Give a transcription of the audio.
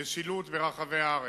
בשלטים ברחבי הארץ.